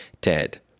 Ted